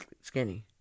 skinny